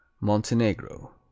Montenegro